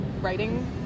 writing